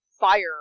fire